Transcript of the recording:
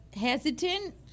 hesitant